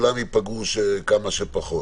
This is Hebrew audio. שכולם ייפגעו כמה שפחות.